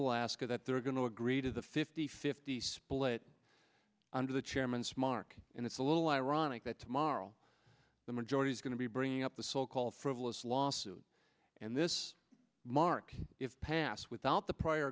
alaska that they're going to agree to the fifty fifty split under the chairman's mark and it's a little ironic that tomorrow the majority is going to be bringing up the so called frivolous lawsuit and this mark if passed without the prior